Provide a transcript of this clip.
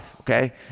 okay